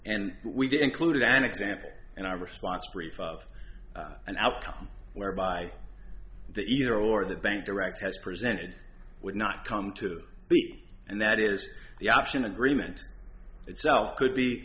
and we did include an example in our response brief of an outcome whereby the either or the bank director has presented would not come to me and that is the option agreement itself could be